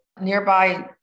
nearby